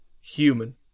human